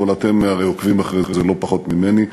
אבל אתם הרי עוקבים אחרי זה לא פחות ממני.